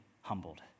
humbled